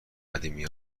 قدیمی